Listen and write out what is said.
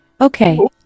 Okay